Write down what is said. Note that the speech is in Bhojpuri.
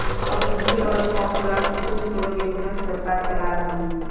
अब बिजली अउर पंप ला कुसुम सोलर योजना सरकार चला रहल बिया